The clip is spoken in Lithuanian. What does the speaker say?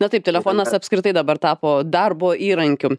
na taip telefonas apskritai dabar tapo darbo įrankiu